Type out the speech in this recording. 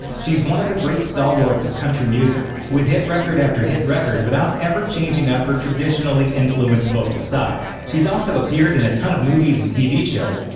she's one of the great stalwarts of country music, with hit record after hit record without ever changing up her traditionally influenced vocal style. she's also appeared in a ton of movies and tv shows,